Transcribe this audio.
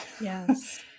Yes